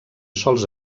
sols